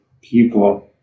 people